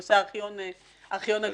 בנושא ארכיון הגרעין.